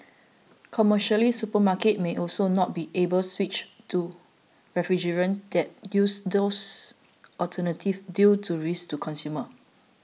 commercially supermarkets may also not be able switch to refrigerants that use those alternatives due to risks to consumers